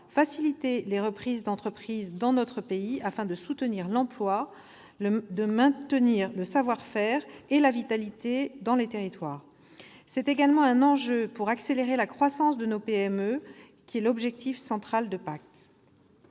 faciliter les reprises d'entreprises dans notre pays, afin de soutenir l'emploi, le maintien des savoir-faire et la vitalité économique dans les territoires. C'est également un enjeu en vue de faciliter la croissance de nos PME, ce qui est l'objectif central du projet